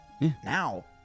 now